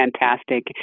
fantastic